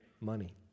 Money